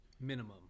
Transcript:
Minimum